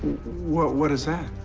what what is that?